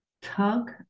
tug